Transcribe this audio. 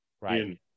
Right